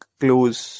close